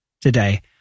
today